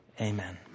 Amen